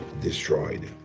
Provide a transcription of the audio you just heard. destroyed